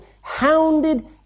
hounded